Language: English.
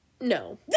No